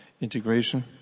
integration